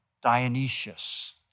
Dionysius